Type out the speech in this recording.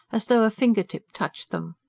as though a finger-tip touched them.